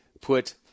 put